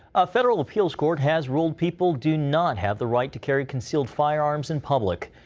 a federal appeals court has ruled people do not have the right to carry concealed firearms in public.